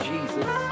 Jesus